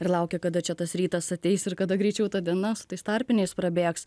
ir laukia kada čia tas rytas ateis ir kada greičiau ta diena su tais tarpiniais prabėgs